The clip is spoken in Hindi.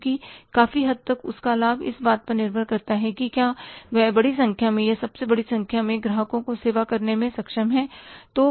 क्योंकि काफी हद तक उसका लाभ इस बात पर निर्भर करता है कि क्या वह बड़ी संख्या में या सबसे बड़ी संख्या में ग्राहकों की सेवा करने में सक्षम है